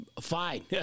Fine